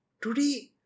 Today